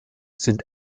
sind